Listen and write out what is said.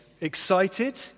excited